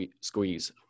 squeeze